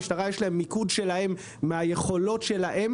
למשטרה יש את המיקוד שלה מהיכולות שלה.